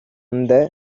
அந்த